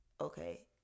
okay